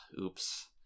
oops